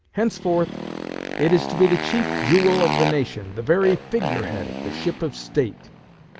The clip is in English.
henceforth it is to be the chief jewel of the nation, the very figurehead of the ship of state.